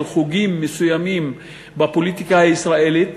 של חוגים מסוימים בפוליטיקה הישראלית,